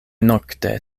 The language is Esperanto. nokte